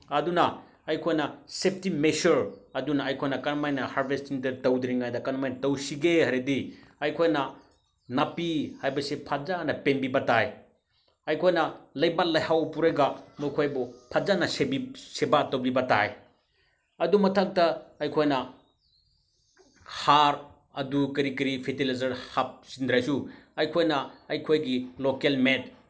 ꯑꯗꯨꯅ ꯑꯩꯈꯣꯏꯅ safety measure ꯑꯗꯨꯅ ꯑꯩꯈꯣꯏꯅ ꯀꯔꯝ ꯍꯥꯏꯅ ꯍꯥꯔꯚꯦꯁꯇꯤꯡꯗ ꯇꯧꯗ꯭ꯔꯤꯉꯩꯗ ꯀꯔꯃꯥꯏꯅ ꯇꯧꯁꯤꯒꯦ ꯍꯥꯏꯔꯗꯤ ꯑꯩꯈꯣꯏꯅ ꯅꯥꯄꯤ ꯍꯥꯏꯕꯁꯦ ꯐꯖꯅ ꯄꯦꯡꯕꯤꯕ ꯇꯥꯏ ꯑꯩꯈꯣꯏꯅ ꯂꯩꯕꯥꯛ ꯂꯩꯍꯥꯎ ꯄꯨꯔꯒ ꯃꯈꯣꯏꯕꯨ ꯐꯖꯅ ꯁꯦꯕꯥ ꯇꯧꯕꯤꯕ ꯇꯥꯏ ꯑꯗꯨ ꯃꯊꯛꯇ ꯑꯩꯈꯣꯏꯅ ꯍꯥꯔ ꯑꯗꯨ ꯀꯔꯤ ꯀꯔꯤ ꯐꯔꯇꯤꯂꯥꯏꯖꯔ ꯍꯥꯞꯆꯤꯟꯗ꯭ꯔꯁꯨ ꯑꯩꯈꯣꯏꯅ ꯑꯩꯈꯣꯏꯒꯤ ꯂꯣꯀꯦꯜꯃꯦꯠ